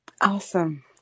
awesome